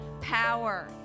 power